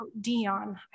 Dion